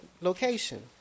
location